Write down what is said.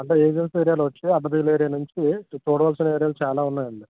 అంటే ఏజెన్సీ ఏరియాలో వచ్చి అడవి ఏరియా నుంచి చూడవలసిన ఏరియాలు చాలా ఉన్నాయి అండి